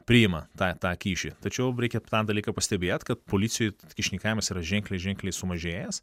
priima tą tą kyšį tačiau reikia tą dalyką pastebėt kad policijoj kyšininkavimas yra ženkliai ženkliai sumažėjęs